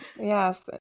yes